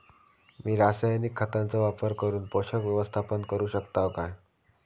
मी रासायनिक खतांचो वापर करून पोषक व्यवस्थापन करू शकताव काय?